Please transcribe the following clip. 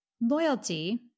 loyalty